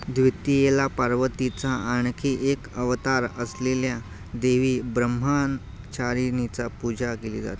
द्वितीयेला पार्वतीचा आणखी एक अवतार असलेल्या देवी ब्रह्मचारिणीचा पूजा केली जाते